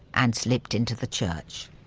and slipped into the church.